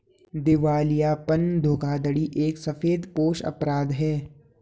दिवालियापन धोखाधड़ी एक सफेदपोश अपराध है